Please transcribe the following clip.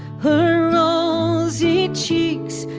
her rosy cheeks,